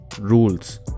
rules